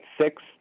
six